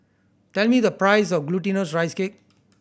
tell me the price of Glutinous Rice Cake